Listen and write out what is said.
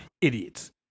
Idiots